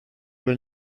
will